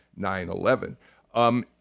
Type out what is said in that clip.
9-11